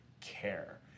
care